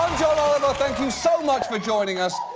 john oliver. thank you so much for joining us.